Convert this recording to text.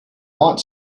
want